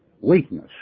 weakness